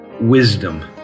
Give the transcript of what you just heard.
wisdom